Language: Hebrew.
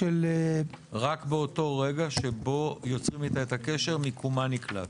רק באותו רגע שבו יוצרים איתה את הקשר מיקומה נקלט.